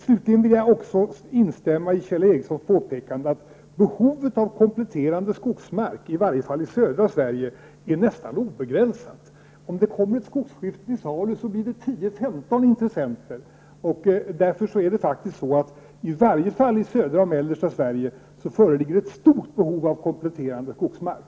Slutligen vill jag också instämma i Kjell Ericssons påpekande att behovet av kompletterande skogsmark, i varje fall i södra Sverige, är nästan obegränsat. Om ett skogsskifte är till salu kommer 10--15 intressenter. I varje fall i södra och mellersta Sverige föreligger ett stort behov av kompletterande skogsmark.